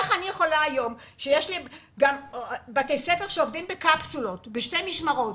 יש לי היום גם בתי ספר שעובדים בקפסולות ובשתי משמרות.